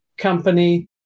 Company